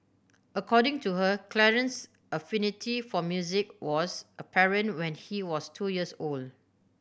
according to her Clarence affinity for music was apparent when he was two years old